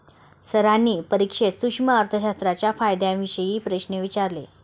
सरांनी परीक्षेत सूक्ष्म अर्थशास्त्राच्या फायद्यांविषयी प्रश्न विचारले